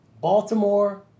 Baltimore